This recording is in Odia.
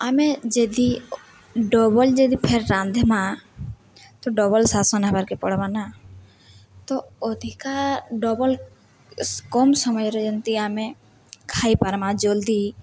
ଆମେ ଯଦି ଡବଲ ଯଦି ଫେର ରାନ୍ଧିମା ତ ଡବଲ ଶାସନ ହେବାର୍କେ ପଡ଼୍ବା ନା ତ ଅଧିକା ଡବଲ କମ ସମୟରେ ଯେମତି ଆମେ ଖାଇ ପାରମା ଜଲ୍ଦି